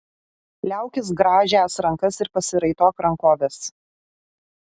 liaukis grąžęs rankas ir pasiraitok rankoves